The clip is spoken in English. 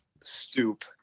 stoop